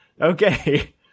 okay